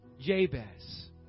Jabez